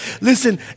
Listen